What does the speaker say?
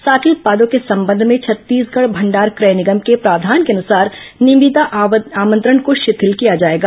साथ ही उत्पादों के संबंध में छत्तीसगढ़ भंडार क्रय नियम के प्रावधान के अनुसार निविदा आमंत्रण को शिथिल किया जाएगा